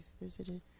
visited